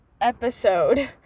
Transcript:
episode